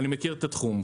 אני מכיר את התחום.